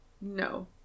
no